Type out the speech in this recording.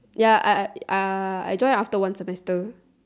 ya I I uh I join after one semester